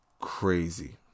crazy